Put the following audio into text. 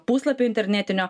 puslapio internetinio